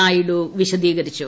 നായിഡു വിശദീകരിച്ചു